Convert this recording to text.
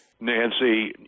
Nancy